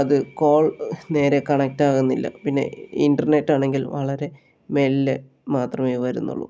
അത് കോൾ നേരെ കണക്ട് ആകുന്നില്ല പിന്നെ ഇൻറ്റർനെറ്റ് ആണെങ്കിൽ വളരെ മെല്ലെ മാത്രമേ വരുന്നുള്ളൂ